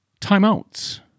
Timeouts